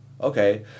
Okay